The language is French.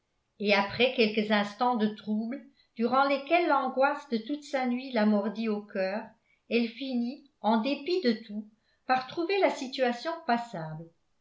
et après quelques instants de trouble durant lesquels l'angoisse de toute sa nuit la mordit au cœur elle finit en dépit de tout par trouver la situation passable